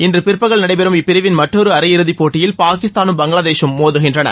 இன்று பிற்பகல் நடைபெறும் இப்பிரிவின் மற்றொரு அரையிறுதிப்போட்டியில் பாகிஸ்தானும் பங்களாதேஷும் மோதுகின்றன